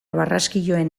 barraskiloen